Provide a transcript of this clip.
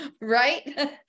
Right